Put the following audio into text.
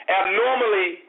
abnormally